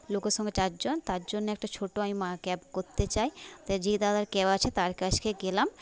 লোকের সংখ্যা চারজন তার জন্যে একটা ছোট আমি মা ক্যাব করতে চাই তো যে দাদার ক্যাব আছে তার কাছকে গেলাম